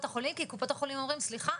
החולים כי קופות החולים אומרים 'סליחה,